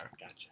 gotcha